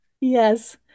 Yes